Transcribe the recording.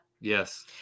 Yes